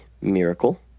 Miracle